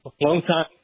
Long-time